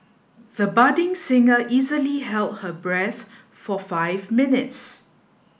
the budding singer easily held her breath for five minutes